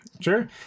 Sure